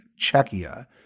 Czechia